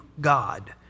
God